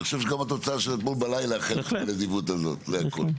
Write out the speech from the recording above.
ואני חושב שגם התוצאה של אתמול בלילה הנדיבות הזאת זה הכל,